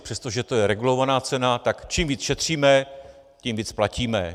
Přestože to je regulovaná cena, tak čím víc šetříme, tím víc platíme.